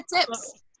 tips